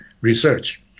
research